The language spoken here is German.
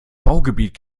baugebiet